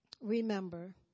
remember